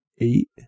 eight